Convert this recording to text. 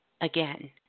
Again